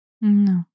No